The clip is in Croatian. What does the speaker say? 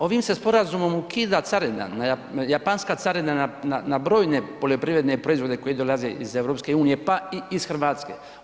Ovim se sporazumom ukida carina, japanska carina na brojne poljoprivredne proizvode koji dolaze iz EU, pa i iz Hrvatske.